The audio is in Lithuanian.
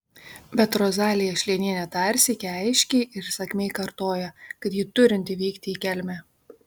bet rozalija šleinienė dar sykį aiškiai ir įsakmiai kartoja kad ji turinti vykti į kelmę